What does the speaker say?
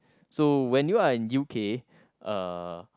so when you are in U_K uh